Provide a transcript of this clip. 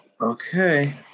okay